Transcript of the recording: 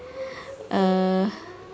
uh